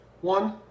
One